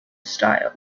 style